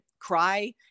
cry